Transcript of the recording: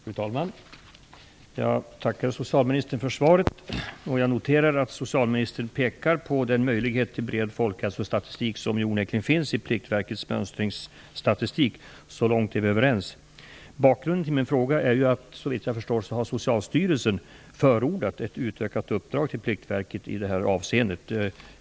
Fru talman! Jag tackar socialministern för svaret, och jag noterar att socialministern pekar på den möjlighet till bred folkhälsostatistik som onekligen finns i Pliktverkets mönstringsstatistik. Så långt är vi överens. Bakgrunden till min fråga är att Socialstyrelsen såvitt jag förstår har förordat ett utökat uppdrag till Pliktverket i detta avseende.